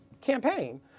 campaign